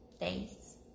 days